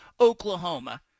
Oklahoma